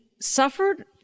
suffered